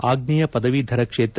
ಆಗ್ನೇಯ ಪದವೀಧರ ಕ್ಷೇತ್ರ